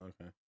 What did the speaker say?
Okay